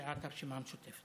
סיעת הרשימה המשותפת.